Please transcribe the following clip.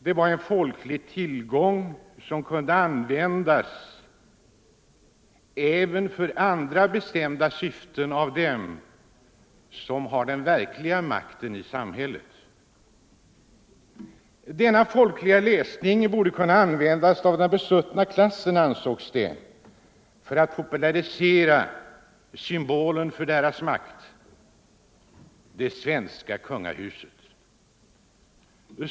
Den var en folklig tillgång som kunde användas även för andra bestämda syften av dem som har den verkliga makten i samhället. Denna folkliga läsning borde kunna användas av den besuttna klassen, ansågs det, för att popularisera symbolen för dess makt: det svenska kungahuset.